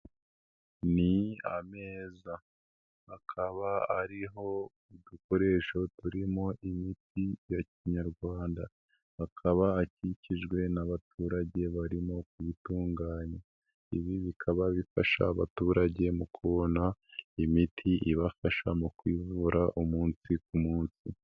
Ni ameza, akaba ariho udukoresho turimo imiti ya kinyarwanda, akaba akikijwe n'abaturage, barimo kuyitunganya. Ibi bikaba bifasha abaturage mu kubona imiti ibafasha mu kwivura, umunsi ku munsi.